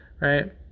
right